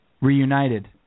Reunited